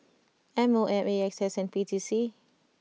M O M A X S and P T C